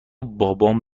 بابام